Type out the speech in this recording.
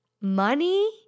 money